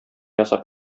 ясап